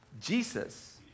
Jesus